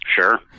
Sure